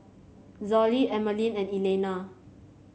Zollie Emmaline and Elaina